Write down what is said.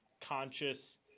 conscious